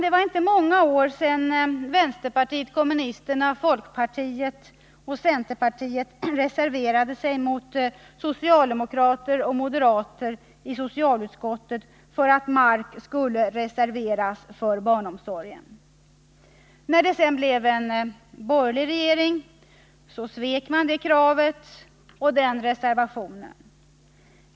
Det var inte många år sedan vänsterpartiet kommunisterna, folkpartiet och centerpartiet reserverade sig mot socialdemokrater och moderater i socialutskottet för att mark skulle reserveras för barnomsorgen. När det sedan blev en borgerlig regering, svek man det kravet och den reservationen.